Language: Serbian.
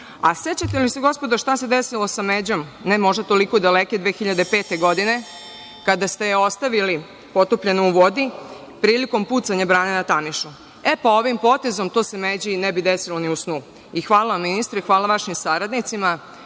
li se, gospodo, šta se desilo sa Međom, ne možda toliko daleke, 2005. godine, kada ste je ostavili potopljenu u vodi, prilikom pucanja brane na Tamišu? E, pa, ovim potezom to se Međi ne bi desilo ni u snu. Hvala vam, ministre. Hvala vašim saradnicima.